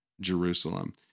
Jerusalem